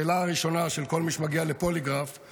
השאלה הראשונה של כל מי שמגיע לפוליגרף היא: